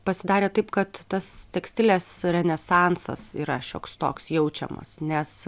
pasidarė taip kad tas tekstilės renesansas yra šioks toks jaučiamas nes